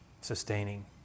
sustaining